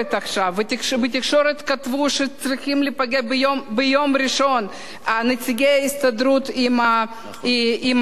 ובתקשורת כתבו שצריכים להיפגש ביום ראשון נציגי ההסתדרות עם האוצר,